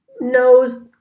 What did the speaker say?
Knows